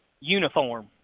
uniform